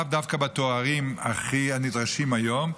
לאו דווקא בתארים הנדרשים היום,